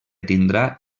tindrà